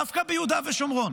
דווקא ביהודה ושומרון,